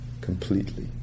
completely